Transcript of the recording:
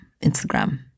Instagram